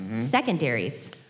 secondaries